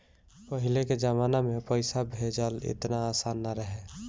पहिले के जमाना में पईसा भेजल एतना आसान ना रहे